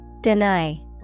Deny